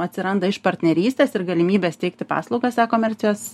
atsiranda iš partnerystės ir galimybės teikti paslaugas e komercijos